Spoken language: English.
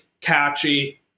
catchy